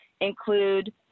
include